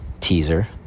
teaser